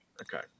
Okay